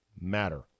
matter